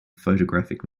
photographic